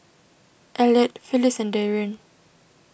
Eliot Phyllis and Darien